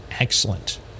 Excellent